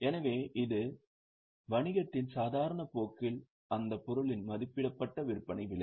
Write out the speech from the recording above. எனவே இது வணிகத்தின் சாதாரண போக்கில் அந்த பொருளின் மதிப்பிடப்பட்ட விற்பனை விலை